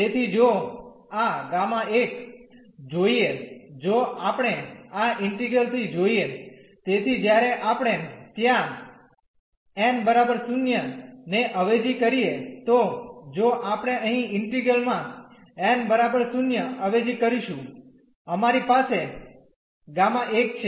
તેથી જો આ Γ જોઈએ જો આપણે આ ઈન્ટિગ્રલ થી જોઈએ તેથી જ્યારે આપણે ત્યાં n 0 ને અવેજી કરીએ તો જો આપણે અહીં ઈન્ટિગ્રલ માં n 0 અવેજી કરીશું અમારી પાસે Γ છે